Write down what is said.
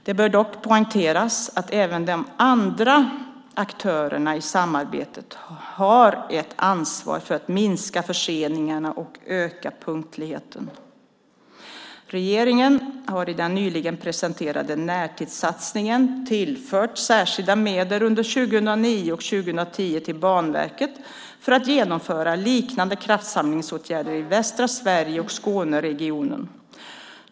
Det bör dock poängteras att även de andra aktörerna i samarbetet har ett ansvar för att minska förseningarna och öka punktligheten. Regeringen har i den nyligen presenterade närtidssatsningen tillfört särskilda medel under 2009 och 2010 till Banverket för att genomföra liknande kraftsamlingsåtgärder i västra Sverige och Skåneregionen.